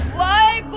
why